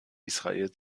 israel